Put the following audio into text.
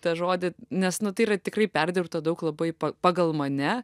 tą žodį nes nu tai yra tikrai perdirbta daug labai pagal mane